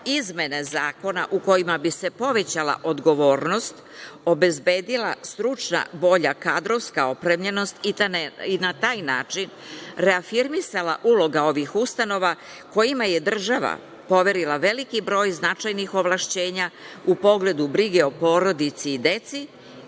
izmene zakona u kojima bi se povećala odgovornost, obezbedila stručna, bolja kadrovska opremljenost i na taj način reafirmisala uloga ovih ustanova kojima je država poverila veliki broj značajnih ovlašćenja u pogledu brige o porodici i deci,